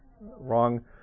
wrong